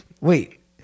Wait